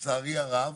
לצערי הרב,